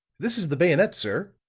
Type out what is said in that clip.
this is the bayonet, sir,